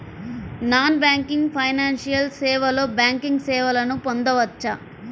Non banking financial సేవలో banking సేవలను పొందవచ్చా?